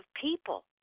people